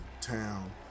town